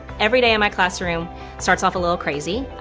everyday in my classroom starts off a little crazy.